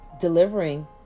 delivering